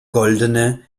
goldene